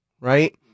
right